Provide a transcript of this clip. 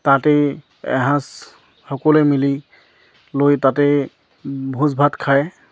তাতেই এসাঁজ সকলোৱে মিলি লৈ তাতেই ভোজ ভাত খায়